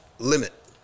limit